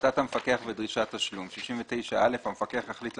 69.החלטת המפקח ודרישת תשלום המפקח יחליט,